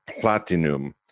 platinum